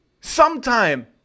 sometime